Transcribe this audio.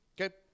okay